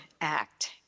Act